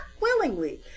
willingly